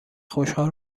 خوشحال